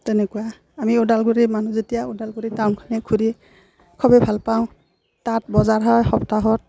তেনেকুৱা আমি ওদালগুৰিৰ মানুহ যেতিয়া ওদালগুৰিৰ টাউনখিনেই ঘূৰি খুবেই ভালপাওঁ তাত বজাৰ হয় সপ্তাহত